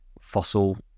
fossil